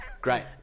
great